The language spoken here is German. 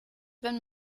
wenn